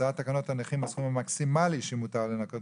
הצעת תקנות הנכים הסכום המקסימלי שמותר לנכות